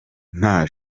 nta